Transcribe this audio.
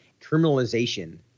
criminalization